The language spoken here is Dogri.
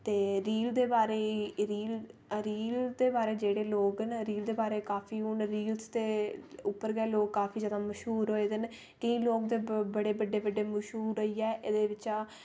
ते रील दे बारे रील रील दे बारे जेह्ड़े लोग न रील दे बारे काफी हून रील दे उप्पर गै लोग काफी जैदा मश्हूर होए दे न के लोग बड़े बड्डे बड्डे मश्हूर होइयै एह्दे चा